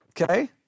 Okay